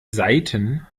saiten